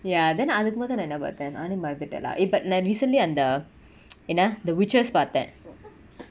ya then அதுக்கு மொத நா என்ன பாத்த நானே மறந்துட:athuku motha na enna paatha naane maranthuta lah இப்ப நா:ippa na recently அந்த:antha என்னா:ennaa the witches பாத்த:paatha